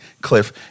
cliff